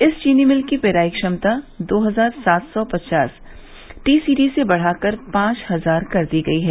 इस चीनी मिल की पेराई क्षमता दो हजार सात सौ पचास टीसीडी से बढ़ाकर पांच हजार कर दी गई है